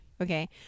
Okay